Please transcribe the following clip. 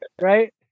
Right